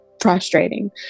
frustrating